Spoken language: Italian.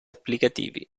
applicativi